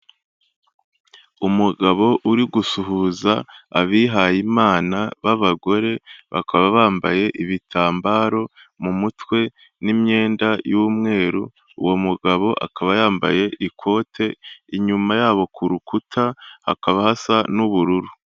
Umugabo uri gusuhuza abihayimana b'abagore bakaba bambaye ibitambaro mu mutwe n'imyenda y'umweru, uwo mugabo akaba yambaye ikote, inyuma yabo ku rukuta hakaba hasa n'ubururu.